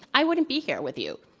i wouldn't be here with you.